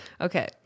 Okay